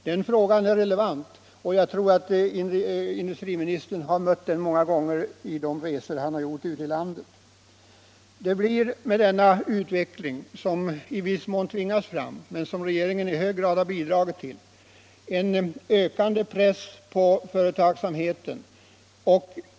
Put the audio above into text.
Den frågan är relevant, och jag tror att industriministern har mött den många gånger på de resor han gjort ute i landet. Denna utveckling, som i viss mån tvingas fram men som regeringen i hög grad har bidragit till, lägger en ökande press på företagsamheten.